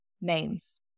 names